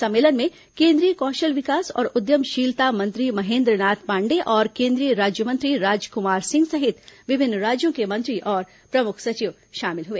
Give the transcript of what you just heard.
सम्मेलन में केंद्रीय कौशल विकास और उद्यमशीलता मंत्री महेंद्र नाथ पांडेय और केंद्रीय राज्य मंत्री राजकुमार सिंह सहित विभिन्न राज्यों के मंत्री और प्रमुख सचिव शामिल हुए